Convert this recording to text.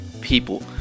people